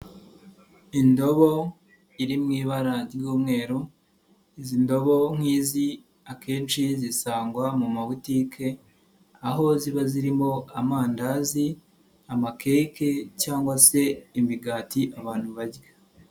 Indobo iri mu ibara ry'umweru izi ndobo nk'izi akenshi zisangwa mu mabutike aho ziba zirimo amandazi, amakeke cyangwa se imigati abantu barya.